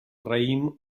raïm